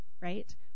right